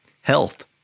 Health